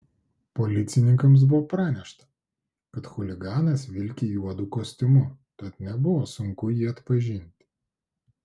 policininkams buvo pranešta kad chuliganas vilki juodu kostiumu tad nebuvo sunku jį atpažinti